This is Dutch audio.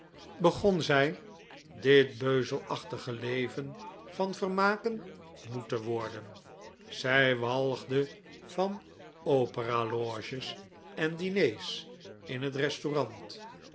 begon zij dit beuzelachtige leven van vermaken moe te worden zij walgde van opera oges en diners in het restaurant